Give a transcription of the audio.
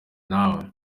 nawe